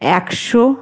একশো